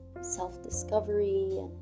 self-discovery